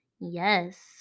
Yes